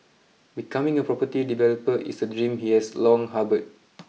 becoming a property developer is a dream he has long harboured